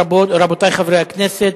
רבותי חברי הכנסת,